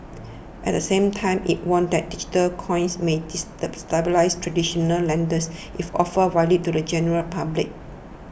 at the same time it warned that digital coins might traditional lenders if offered widely to the general public